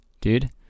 dude